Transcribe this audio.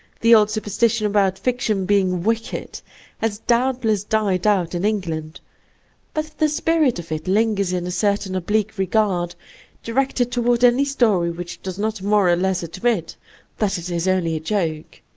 the old superstition about fiction being wicked has doubtless died out in england but the spirit of it lingers in a certain oblique regard directed toward any story which does not more or less admit that it is only a joke.